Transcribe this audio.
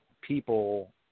people